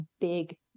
big